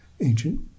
ancient